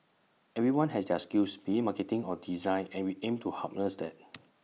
everyone has their skills be IT marketing or design and we aim to harness that